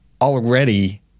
already